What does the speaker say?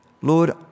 Lord